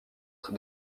être